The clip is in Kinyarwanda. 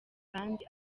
kandi